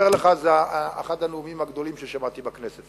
אומר לך: זה אחד הנאומים הגדולים ששמעתי בכנסת.